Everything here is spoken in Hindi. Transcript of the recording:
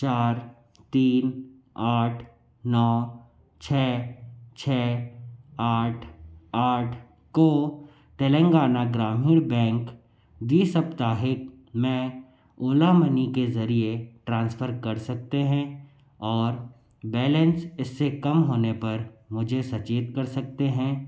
चार तीन आठ नौ छ छ आठ आठ को तेलंगाना ग्रामीण बैंक द्विसाप्ताहिक मैं ओला मनी के जरिए ट्रांसफर कर सकते हैं और बैलेंस इससे कम होने पर मुझे सचेत कर सकते हैं